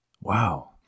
wow